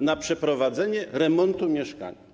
na przeprowadzanie remontu mieszkania?